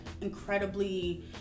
incredibly